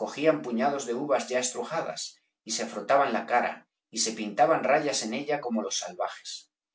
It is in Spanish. cogían puñados de uvas ya estrujadas y se frotaban la cara y se pintaban rayas en ella como los salvajes